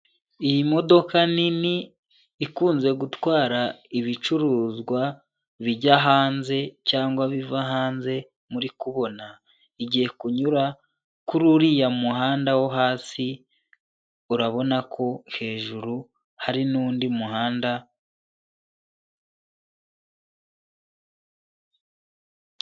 Iyi modoka nini ikunze gutwara ibicuruzwa bijya hanze cyangwa biva hanze muri kubona igiye kunyura kuri uriya muhanda wo hasi urabona ko hejuru hari n'undi muhanda.